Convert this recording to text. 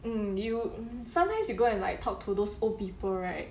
mm you sometimes you go and like talk to those old people right